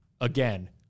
again